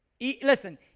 Listen